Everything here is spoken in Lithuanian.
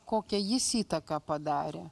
kokią jis įtaką padarė